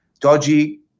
dodgy